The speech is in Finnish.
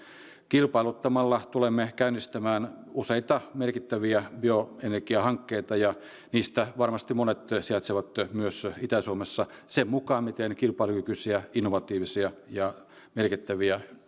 kilpailuttamalla tulemme käynnistämään useita merkittäviä bioenergiahankkeita ja niistä varmasti monet sijaitsevat myös itä suomessa sen mukaan miten kilpailukykyisiä innovatiivisia ja merkittäviä